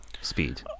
speed